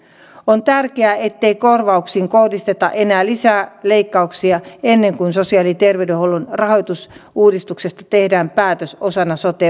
on tärkeää ettei korvauksiin kohdisteta enää lisää leikkauksia ennen kuin sosiaali terveydenhuollon rahoitus ja uudistuksista tehdään päätös osana sote